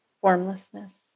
formlessness